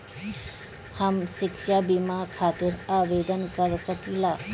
हम शिक्षा बीमा खातिर आवेदन कर सकिला?